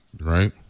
right